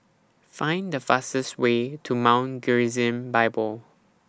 Find The fastest Way to Mount Gerizim Bible